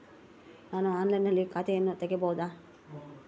ನಾನು ಆನ್ಲೈನಿನಲ್ಲಿ ಖಾತೆಯನ್ನ ತೆಗೆಯಬಹುದಾ?